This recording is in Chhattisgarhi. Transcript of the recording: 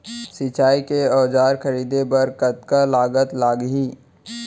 सिंचाई के औजार खरीदे बर कतका लागत लागही?